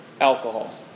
alcohol